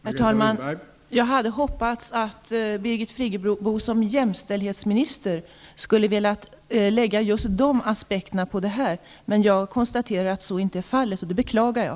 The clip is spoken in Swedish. Herr talman! Jag hoppades att Birgit Friggebo som jämställdhetsminister skulle vilja anlägga just nämnda aspekter på det här. Jag konstaterar att så inte är fallet, och det beklagar jag.